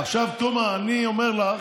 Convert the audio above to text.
עכשיו, תומא, אני אומר לך,